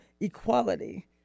equality